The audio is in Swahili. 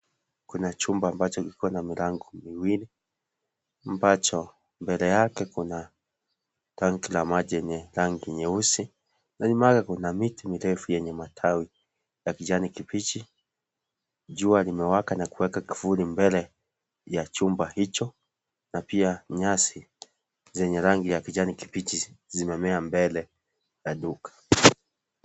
Kuna chumba ambacho kiko na milango miwili, ambacho mbele yake kuna tank la maji yenye rangi nyeusi na nyuma yake kuna miti mirefu yenye matawi ya kijani kibichi, jua limewaka na kueka kifuli mbele ya chumba hicho na pia nyasi zenye rangi ya kijani kibichi zimemea mbele ya duka.